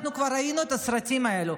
אנחנו כבר ראינו את הסרטים האלו,